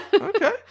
Okay